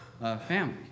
family